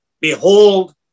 Behold